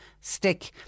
stick